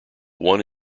one